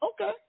okay